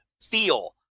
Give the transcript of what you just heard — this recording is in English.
feel